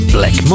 Black